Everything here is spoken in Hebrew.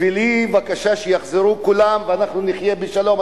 בשבילי, בבקשה שיחזרו כולם ואנחנו נחיה בשלום.